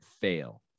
fail